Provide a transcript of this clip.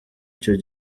icyo